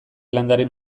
landaren